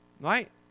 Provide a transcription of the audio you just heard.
Right